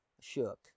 shook